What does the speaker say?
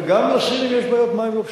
וגם לסינים יש בעיות מים לא פשוטות.